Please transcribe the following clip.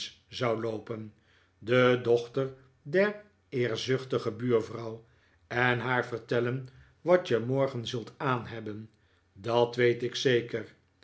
zou loopen de dochter der eerzuchtige buurvrouw en haar vertellen wat je morgen zult aanhebben dat weet ik zeker